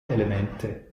elemente